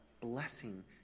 blessing